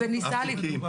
אפיקים.